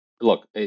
look